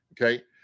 Okay